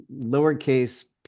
lowercase